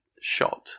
Shot